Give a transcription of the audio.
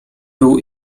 był